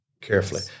carefully